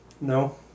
No